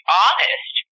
honest